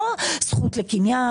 לא זכות לקניין,